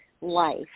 life